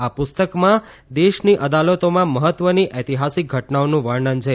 આ પુસ્તકમાં દેશની અદાલતોમાં મહત્વનો ઐતિહાસિક ઘટનાઓનું વર્ણન છે